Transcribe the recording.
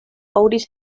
aŭdis